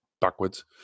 backwards